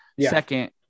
second